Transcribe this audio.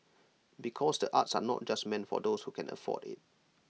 because the arts are not just meant for those who can afford IT